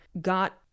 got